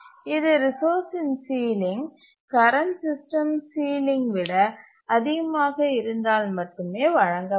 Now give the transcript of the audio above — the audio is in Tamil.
இது ரிசோர்சின் சீலிங் கரண்ட் சிஸ்டம் சீலிங் விட அதிகமாக இருந்தால் மட்டுமே வழங்கப்படும்